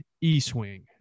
E-swing